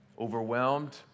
overwhelmed